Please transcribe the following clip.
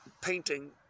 painting